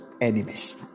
enemies